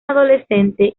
adolescente